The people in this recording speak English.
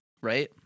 Right